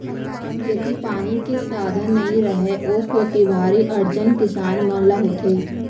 जेती पानी के साधन नइ रहय ओ कोती भारी अड़चन किसान मन ल होथे